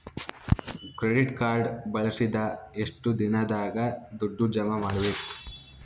Credit card ಬಳಸಿದ ಎಷ್ಟು ದಿನದಾಗ ದುಡ್ಡು ಜಮಾ ಮಾಡ್ಬೇಕು?